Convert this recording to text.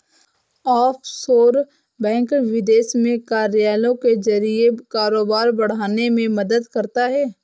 offshore bank विदेश में कार्यालयों के जरिए कारोबार बढ़ाने में मदद करता है